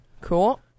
Cool